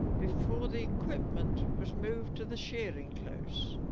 before the equipment was moved to the shearing close